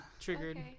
Triggered